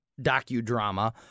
docudrama